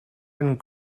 and